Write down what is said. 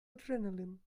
adrenaline